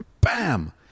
bam